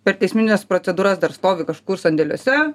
per teismines procedūras dar stovi kažkur sandėliuose